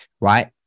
right